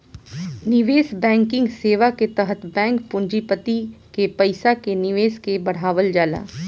निवेश बैंकिंग सेवा के तहत बैंक पूँजीपति के पईसा के निवेश के बढ़ावल जाला